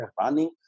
running